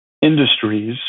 industries